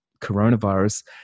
coronavirus